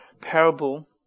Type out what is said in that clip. parable